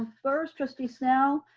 first trustee snell,